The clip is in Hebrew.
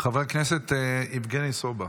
חבר הכנסת יבגני סובה.